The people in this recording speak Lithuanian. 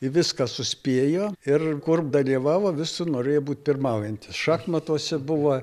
į viską suspėjo ir kur dalyvavo visur norėjo būt pirmaujantis šachmatuose buvo